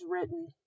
written